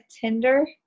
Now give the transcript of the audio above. Tinder